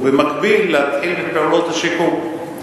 ובמקביל להתחיל בפעולות השיקום.